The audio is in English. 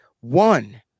one